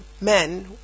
men